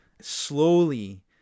Slowly